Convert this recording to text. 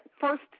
first